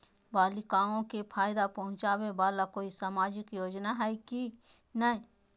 बालिकाओं के फ़ायदा पहुँचाबे वाला कोई सामाजिक योजना हइ की नय?